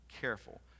careful